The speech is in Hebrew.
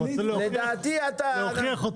תהיה התייחסות